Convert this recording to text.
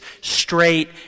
straight